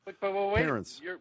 parents